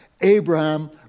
Abraham